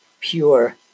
pure